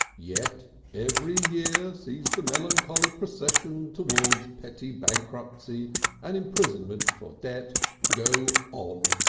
yet every year sees the melancholy procession towards petty bankruptcy and imprisonment for debt go on,